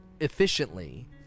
efficiently